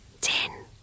ten